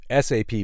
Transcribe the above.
SAP